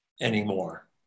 anymore